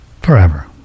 forever